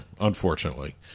unfortunately